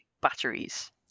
batteries